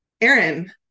Aaron